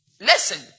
Listen